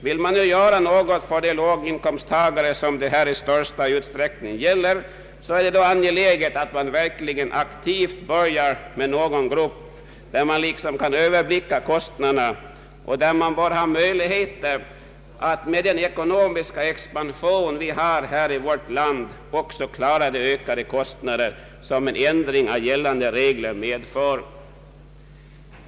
Vill man nu göra något för de låginkomsttagare som det här i så stor utsträckning gäller är det angeläget att verkligen aktivt börja med en grupp där man kan överblicka kostnaderna och där man har möjligheter att med hänsyn till den ekonomiska expansionen i vårt land även klara de ökade kostnader som en ändring av gällande regler medför.